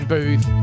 Booth